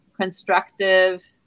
constructive